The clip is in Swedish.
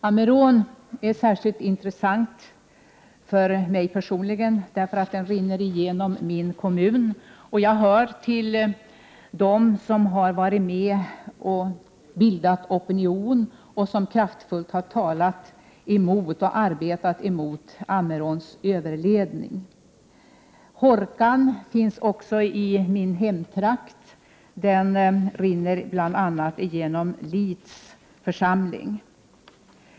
Ammerån är särskilt intressant för mig personligen, därför att den rinner igenom min kommun, och jag hör till dem som har varit med i opinionen och talat emot och arbetat emot Ammeråns överledning. Hårkan finns också i min hemtrakt. Den rinner bl.a. genom Lits församling.